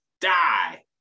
die